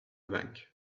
bank